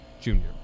junior